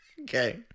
Okay